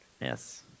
Yes